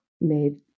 made